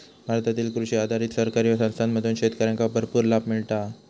भारतातील कृषी आधारित सहकारी संस्थांमधून शेतकऱ्यांका भरपूर लाभ मिळता हा